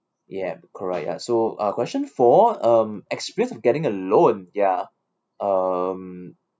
yup correct ya so uh question four um experience of getting a loan ya um